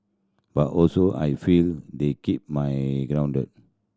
but also I feel they keep my grounded